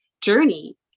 journey